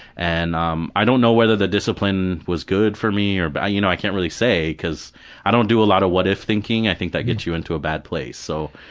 and um i don't know whether the discipline was good for me or but bad, you know i can't really say because i don't do a lot of what if thinking. i think that gets you into a bad place so.